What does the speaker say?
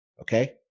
okay